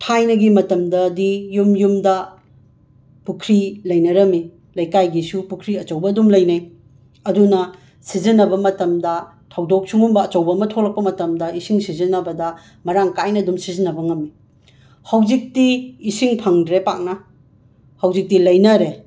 ꯊꯥꯏꯅꯒꯤ ꯃꯇꯝꯗꯗꯤ ꯌꯨꯝ ꯌꯨꯝꯗ ꯄꯨꯈ꯭ꯔꯤ ꯂꯩꯅꯔꯝꯃꯤ ꯂꯩꯀꯥꯏꯒꯤꯁꯨ ꯄꯨꯈ꯭ꯔꯤ ꯑꯆꯧꯕ ꯑꯗꯨꯝ ꯂꯩꯅꯩ ꯑꯗꯨꯅ ꯁꯤꯖꯤꯟꯅꯕ ꯃꯇꯝꯗ ꯊꯧꯗꯣꯛ ꯁꯤꯒꯨꯝꯕ ꯑꯆꯧꯕ ꯑꯃ ꯊꯣꯛꯂꯛꯄ ꯃꯇꯝꯗ ꯏꯁꯤꯡ ꯁꯤꯖꯤꯟꯅꯕꯗ ꯃꯔꯥꯡ ꯀꯥꯏꯅ ꯑꯗꯨꯝ ꯁꯤꯖꯤꯟꯅꯕ ꯉꯝꯃꯤ ꯍꯧꯖꯤꯛꯇꯤ ꯏꯁꯤꯡ ꯐꯪꯗ꯭ꯔꯦ ꯄꯥꯛꯅ ꯍꯧꯖꯤꯛꯇꯤ ꯂꯩꯅꯔꯦ